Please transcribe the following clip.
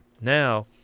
now